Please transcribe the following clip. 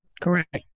Correct